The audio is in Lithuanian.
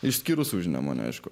išskyrus užnemunę aišku